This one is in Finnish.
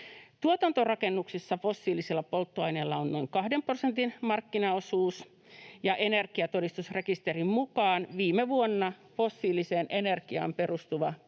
Tuotantorakennuksissa fossiilisilla polttoaineilla on noin 2 prosentin markkinaosuus, ja energiatodistusrekisterin mukaan viime vuonna fossiiliseen energiaan perustuva